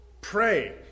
pray